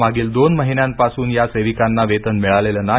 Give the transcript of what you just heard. मागील दोन महिन्यांपासून या सेविकांना वेतन मिळालेलं नाही